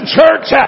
church